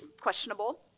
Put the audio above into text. questionable